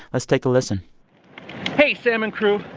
let's take a listen hey sam and crew,